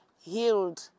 healed